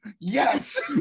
yes